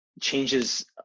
changes